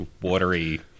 watery